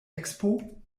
expo